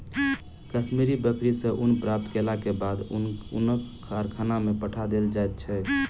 कश्मीरी बकरी सॅ ऊन प्राप्त केलाक बाद ऊनक कारखाना में पठा देल जाइत छै